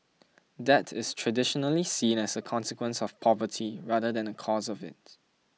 debt is traditionally seen as a consequence of poverty rather than a cause of it